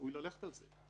שראוי ללכת על זה.